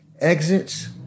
exits